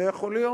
זה יכול להיות.